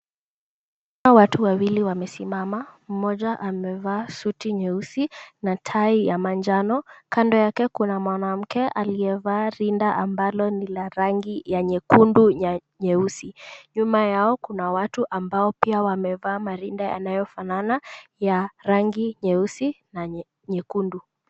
Tunaona watu wawili wamesimama, mmoja amevaa suti nyeusi na tai ya manjano. Kando yake kuna mwanamke aliyevaa rinda ambalo ni la rangi ya nyekundu na nyeusi. Nyuma yao kuna watu ambao pia wamevaa marinda yanayofanana ya rangi nyeusi na nyekundu.